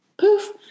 poof